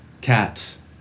Cats